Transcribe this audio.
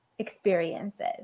experiences